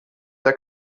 der